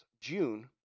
June